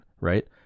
right